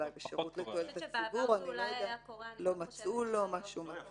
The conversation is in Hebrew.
אולי בשירות לתועלת הציבור אני לא יודעת לא מצאו לו משהו מתאים.